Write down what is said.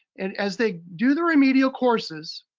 and as they do the remedial courses,